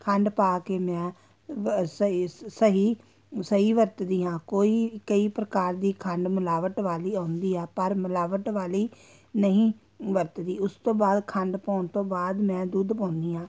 ਖੰਡ ਪਾ ਕੇ ਮੈਂ ਵ ਸਹੀ ਸਹੀ ਸਹੀ ਵਰਤਦੀ ਹਾਂ ਕੋਈ ਕਈ ਪ੍ਰਕਾਰ ਦੀ ਖੰਡ ਮਿਲਾਵਟ ਵਾਲੀ ਆਉਂਦੀ ਆ ਪਰ ਮਿਲਾਵਟ ਵਾਲੀ ਨਹੀਂ ਵਰਤਦੀ ਉਸ ਤੋਂ ਬਾਅਦ ਖੰਡ ਪਾਉਣ ਤੋਂ ਬਾਅਦ ਮੈਂ ਦੁੱਧ ਪਾਉਂਦੀ ਹਾਂ